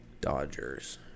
Dodgers